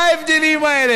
מה ההבדלים האלה?